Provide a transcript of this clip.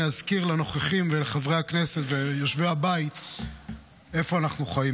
אני אזכיר לנוכחים ולחברי הכנסת וליושבי הבית איפה אנחנו חיים.